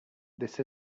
that